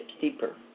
deeper